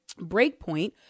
Breakpoint